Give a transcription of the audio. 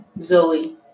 Zoe